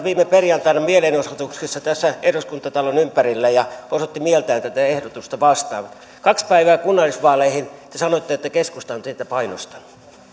viime perjantaina mielenosoituksessa tässä eduskuntatalon ympärillä ja osoitti mieltään tätä ehdotusta vastaan kaksi päivää kunnallisvaaleihin te sanoitte että keskusta on teitä painostanut